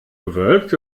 bewölkt